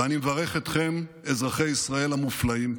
ואני מברך אתכם, אזרחי ישראל המופלאים.